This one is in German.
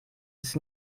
ist